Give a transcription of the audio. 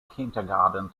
kindergarten